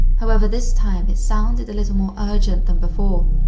however this time it sounded a little more urgent than before.